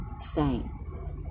saints